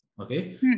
Okay